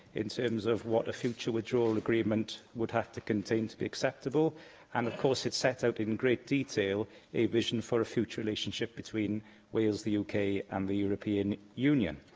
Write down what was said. in terms of what a future withdrawal agreement would have to contain to be acceptable and, of course, it sets out in great detail a vision for a future relationship between wales, the uk and the european union.